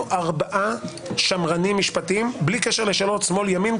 ארבעה שמרנים משפטיים בלי קשר לשאלות שמאל-ימין,